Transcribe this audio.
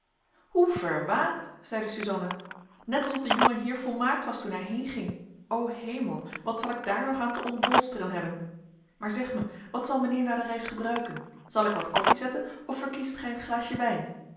hoe verwaand zeide suzanna net alsof de jonge heer volmaakt was toen hij heenging o hemel wat zal ik daar nog aan te ontbolsteren hebben maar zeg mij wat zal mijnheer na de reis gebruiken zal ik wat koffie zetten of verkiest gij een glaasje wijn